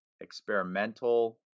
experimental